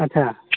ᱟᱪᱪᱷᱟ